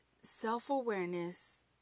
self-awareness